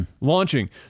launching